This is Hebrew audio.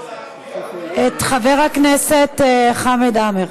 את חבר הכנסת חמד עמאר.